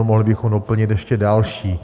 Mohli bychom doplnit ještě další.